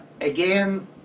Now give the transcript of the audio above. Again